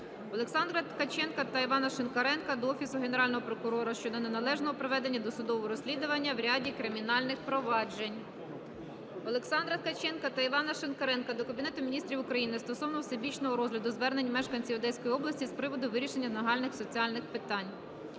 Олександра Ткаченка та Івана Шинкаренка до Офісу Генерального прокурора щодо неналежного проведення досудового розслідування у ряді кримінальних провадженнях. Олександра Ткаченка та Івана Шинкаренка до Кабінету Міністрів України стосовно всебічного розгляду звернень мешканців Одеської області з приводу вирішення нагальних соціальних питань.